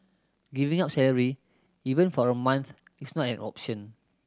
giving up salary even for a month is not an option